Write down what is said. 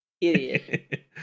Idiot